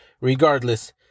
Regardless